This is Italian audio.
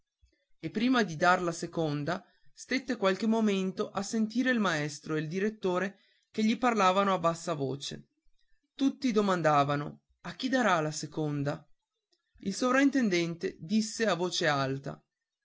e prima di dar la seconda stette qualche momento a sentire il maestro e il direttore che gli parlavano a voce bassa tutti domandavano a chi darà la seconda il sovrintendente disse a voce alta